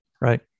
Right